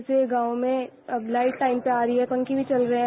जैसे गांव में अब लाईट टाइम पर आ रही है पंखे भी चल रहे हैं